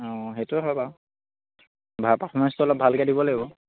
অঁ সেইটো হয় বাৰু ভা পাৰ্ফমেঞ্চটো অলপ ভালকৈ দিব লাগিব